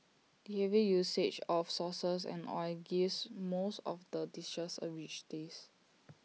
the heavy usage of sauces and oil gives most of the dishes A rich taste